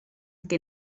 que